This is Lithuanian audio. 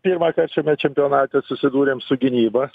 pirmąkart šiame čempionate susidūrėm su gynyba